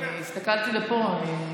הסתכלתי לפה.